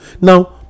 now